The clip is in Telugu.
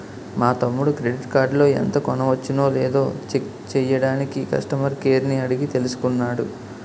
మా తమ్ముడు క్రెడిట్ కార్డులో ఎంత కొనవచ్చునో లేదో చెక్ చెయ్యడానికి కష్టమర్ కేర్ ని అడిగి తెలుసుకున్నాడు